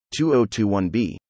2021b